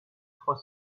trois